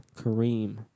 Kareem